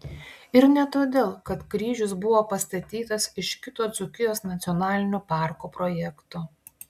ir ne todėl kad kryžius buvo pastatytas iš kito dzūkijos nacionalinio parko projekto